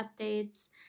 updates